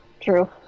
True